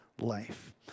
life